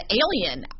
alien